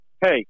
Hey